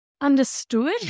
understood